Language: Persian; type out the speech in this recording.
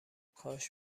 کاش